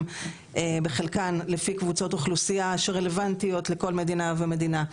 בחלקם לפי קבוצות אוכלוסייה שרלוונטיות לכל מדינה ומדינה.